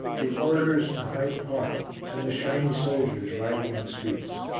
the orators in hyde park and the shiny soldiers riding in the streets.